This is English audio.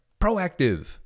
proactive